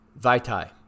Vaitai